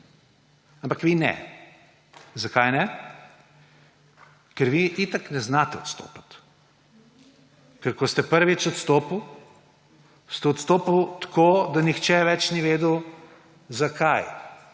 Ampak vi ne. Zakaj ne? Ker vi itak ne znate odstopiti. Ko ste prvič odstopili, ste odstopili tako, da nihče več ni vedel, zakaj.